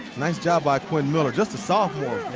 nice job by quinn miller. just a sophomore.